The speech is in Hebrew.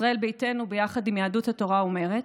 ישראל ביתנו ביחד עם יהדות התורה ומרצ,